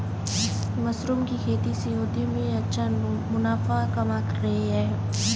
mushroom की खेती से उद्यमी अच्छा मुनाफा कमा रहे हैं